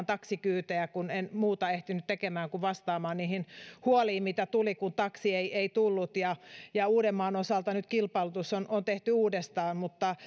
taksikyytejä kun en muuta ehtinyt tekemään kuin vastaamaan niihin huoliin mitä tuli kun taksi ei ei tullut uudenmaan osalta nyt kilpailutus on on tehty uudestaan mutta